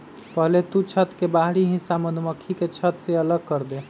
पहले तु छत्त के बाहरी हिस्सा मधुमक्खी के छत्त से अलग करदे